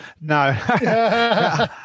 No